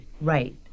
right